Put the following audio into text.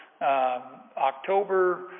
October